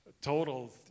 Total